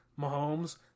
Mahomes